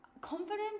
confidence